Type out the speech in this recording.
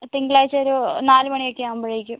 തിങ്കളാഴ്ച്ച ഒരു നാല് മണിയൊക്കെ ആകുമ്പോഴേക്കും